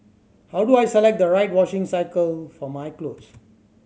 how do I select the right washing cycle for my clothes